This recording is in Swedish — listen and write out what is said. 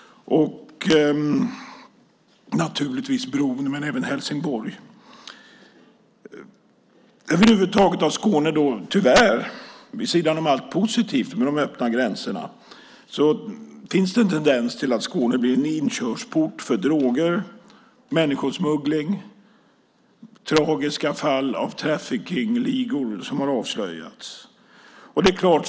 Vi har naturligtvis bron men även Helsingborg. Tyvärr, vid sidan av allt positivt med de öppna gränserna, finns det en tendens till att Skåne blir en inkörsport för droger och människosmuggling. Tragiska fall av traffickingligor har avslöjats.